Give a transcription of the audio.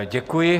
Děkuji.